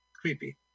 Creepy